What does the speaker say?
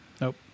nope